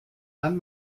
dann